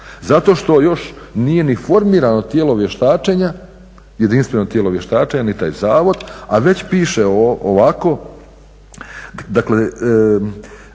Zato što još nije ni formirano tijelo vještačenja, jedinstveno tijelo vještačenja ni taj zavod a već piše ovako dakle